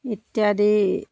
ইত্যাদি